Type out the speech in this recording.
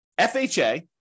FHA